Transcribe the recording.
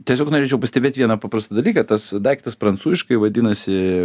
tiesiog norėčiau pastebėt vieną paprastą dalyką tas daiktas prancūziškai vadinasi